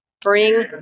bring